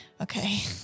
Okay